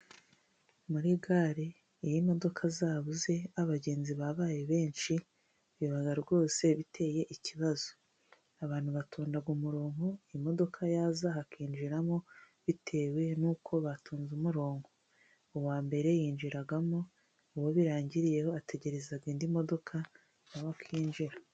Muri gare iyo imodoka zabuze abagenzi babaye benshi bibaga rwose biteye ikibazo. Abantu batonda umurongo, imodoka yaza bakinjiramo bitewe n'uko batonze umurongo. Uwa mbere yinjiramo, uwo birangiriyeho ategereza indi modoka bakinjira.